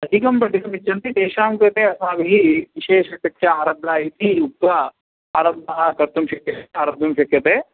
अधिकं पठितुमिच्छन्ति तेषां कृते अस्माभिः विशेषकक्षा आरब्धा इति उक्त्वा आरम्भं कर्तुं शक्यते आरब्धुं शक्यते